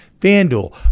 fanduel